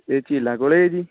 ਇਹ ਝੀਲਾਂ ਕੋਲ ਹੈ ਜੀ